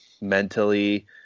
mentally